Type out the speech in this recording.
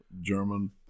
German